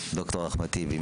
ד"ר אחמד טיבי,